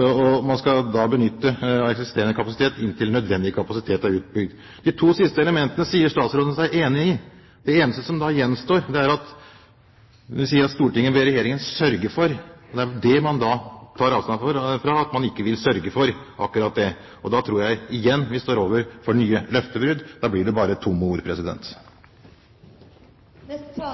og man skal benytte eksisterende kapasitet inntil nødvendig kapasitet er utbygd. De to siste elementene sier statsråden seg enig i. Det eneste som da gjenstår, er at «Stortinget ber regjeringen sørge for». Det er det man da tar avstand fra, at man ikke vil «sørge for» akkurat det. Da tror jeg igjen vi står overfor nye løftebrudd. Da blir det bare tomme ord. Å beskylde noen for